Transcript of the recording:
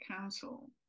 council